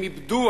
הם איבדו,